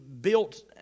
built